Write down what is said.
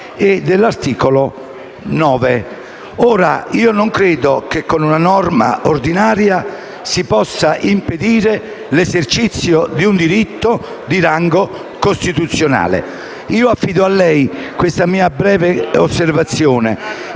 34 della Costituzione. Io non credo che con norma ordinaria si possa impedire l'esercizio di un diritto di rango costituzionale. Io affido a lei questa mia breve osservazione,